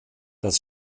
das